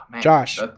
Josh